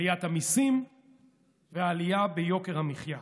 עליית המיסים והעלייה ביוקר המחיה,